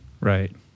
Right